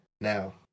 Now